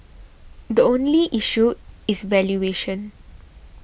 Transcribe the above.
the only issue is valuation